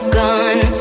gone